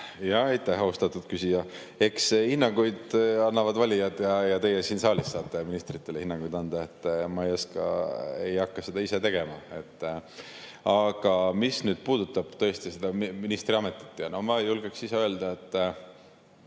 Aitäh, austatud küsija! Eks hinnanguid annavad valijad ja teie siin saalis saate ka ministritele hinnanguid anda. Ma ei hakka seda ise tegema. Aga mis puudutab seda ministriametit, siis ma julgeks ise öelda, et